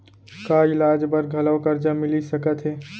का इलाज बर घलव करजा मिलिस सकत हे?